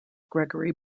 gregory